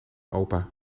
opa